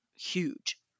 huge